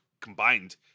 combined